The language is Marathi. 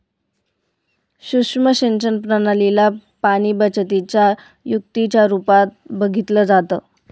सुक्ष्म सिंचन प्रणाली ला पाणीबचतीच्या युक्तीच्या रूपात बघितलं जातं